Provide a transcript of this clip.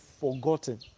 forgotten